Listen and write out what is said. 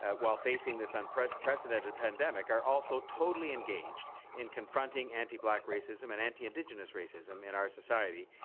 ah while facing this unprecedented pandemic, are also totally engaged in confronting anti black racism and anti indigenous racism in our society,